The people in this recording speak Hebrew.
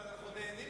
אנחנו נהנים,